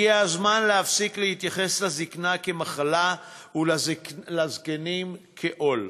הגיע הזמן להפסיק להתייחס לזיקנה כאל מחלה ולזקנים כאל עול.